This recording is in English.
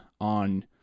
on